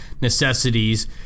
necessities